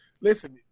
Listen